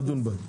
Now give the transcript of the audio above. נדון בה.